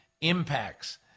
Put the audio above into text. impacts